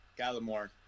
Gallimore